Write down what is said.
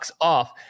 off